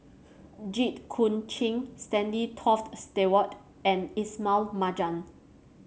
Jit Koon Ch'ng Stanley Toft Stewart and Ismail Marjan